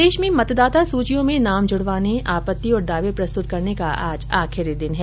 प्रदेश में मतदाता सूचियों में नाम जुड़वाने आपत्ति और दावे प्रस्तुत करने का आज आखिरी दिन है